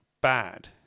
Bad